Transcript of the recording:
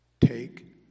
Take